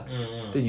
mm mm